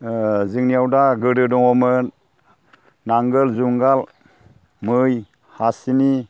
जोंनियाव दा गोदो दङमोन नांगोल जुंगाल मै हासिनि